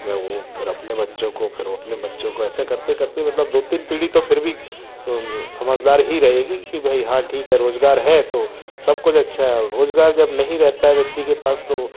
में वो फिर अपने बच्चे को फिर वो अपने बच्चे को ऐसा करते करते मतलब दो तीन पीढ़ी तो फिर भी समझदार ही रहेगी कि भाई ठीक है रोजगार है तो सब कुछ अच्छा है और रोजगार जब नहीं रहता है व्यक्ति के पास तो